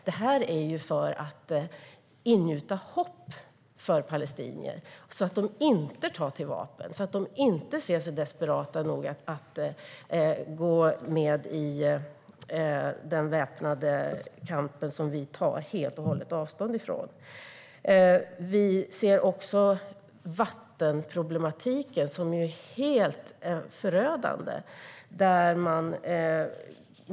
Det gör vi för att ingjuta hopp i palestinier så att de inte tar till vapen och inte blir desperata nog att gå med i den väpnade kamp vi tar helt och hållet avstånd ifrån. Vi ser också vattenproblematiken, som är helt förödande.